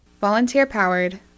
Volunteer-powered